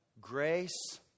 grace